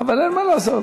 אבל אין מה לעשות.